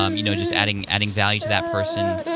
um you know, just adding adding value to that person.